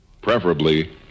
preferably